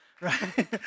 right